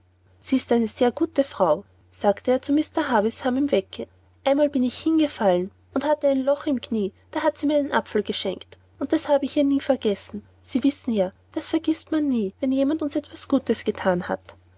sie ist eine sehr gute frau sagte er zu mr havisham im weggehen einmal bin ich hingefallen und hatte ein loch im knie da hat sie mir einen apfel geschenkt das hab ich ihr nie vergessen sie wissen ja das vergißt man nie wenn jemand uns etwas gutes gethan hat